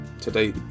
today